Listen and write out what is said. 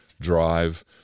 drive